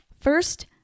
First